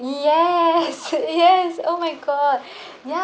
yes yes oh my god ya